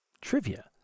trivia